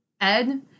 Ed